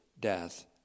death